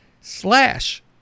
slash